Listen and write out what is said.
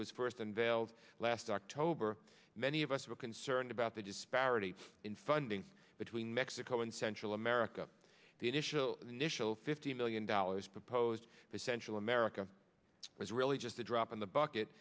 was first unveiled last october many of us were concerned about the disparity in funding between mexico and central america the initial initial fifty million dollars proposed for central america was really just a drop in the bucket